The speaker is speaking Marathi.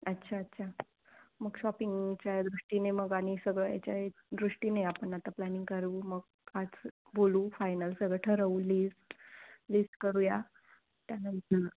अच्छा अच्छा मग शॉपिंगच्या दृष्टीने मग आणि सगळं याच्याही दृष्टीने आपण आता प्लॅनिंग करू मग आज बोलू फायनल सगळं ठरवू लिस्ट लिस्ट करूया त्यानंतर